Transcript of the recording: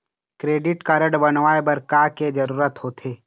Credit card बनवाए बर का के जरूरत होते?